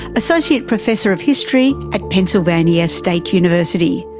associate professor of history at pennsylvania state university,